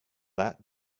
that